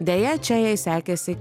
deja čia jai sekėsi